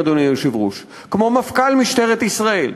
אדוני היושב-ראש,